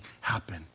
happen